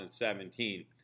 2017